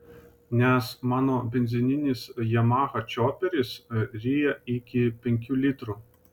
nes mano benzininis yamaha čioperis ryja iki penkių litrų